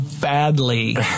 badly